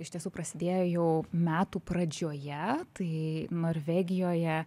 iš tiesų prasidėjo jau metų pradžioje tai norvegijoje